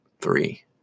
three